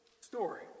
story